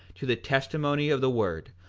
to the testimony of the word,